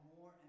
More